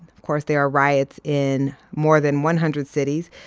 of course there are riots in more than one hundred cities.